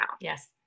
Yes